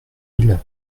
ils